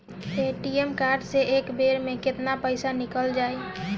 ATM card से एक बेर मे केतना पईसा निकल जाई?